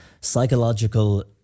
psychological